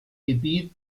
gebiet